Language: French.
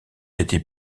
été